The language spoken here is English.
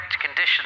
conditions